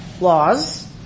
laws